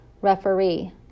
Referee